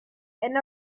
and